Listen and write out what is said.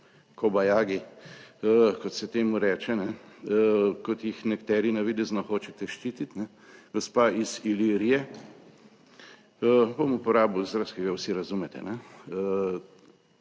kobajagi, kot se temu reče, kot jih nekateri navidezno hočete ščititi, gospa iz Ilirije, bom uporabil izraz, ki ga vsi razumete,